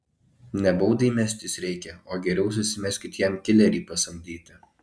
ne baudai mestis reikia o geriau susimeskit jam kilerį pasamdyti